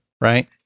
right